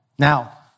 Now